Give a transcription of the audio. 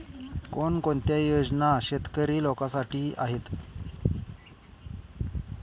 कोणकोणत्या योजना शेतकरी लोकांसाठी आहेत?